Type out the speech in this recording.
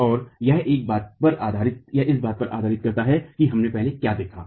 और यह इस बात पर आधारित है कि हमने पहले क्या देखा है